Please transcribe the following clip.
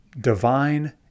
divine